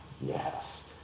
Yes